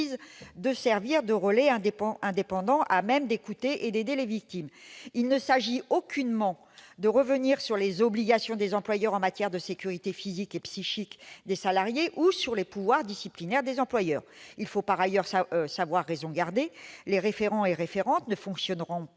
servir de relais indépendants à même d'écouter et d'aider les victimes. Il ne s'agit aucunement de revenir sur les obligations des employeurs en matière de sécurité physique et psychique des salariés ou sur les pouvoirs disciplinaires des employeurs. Il faut par ailleurs savoir raison garder, les référents ne fonctionneront pas